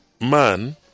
man